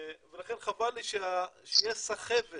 לכן חבל לי שיש סחבת